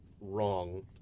wrong